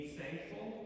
thankful